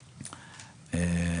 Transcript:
השנה.